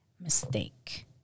Mistake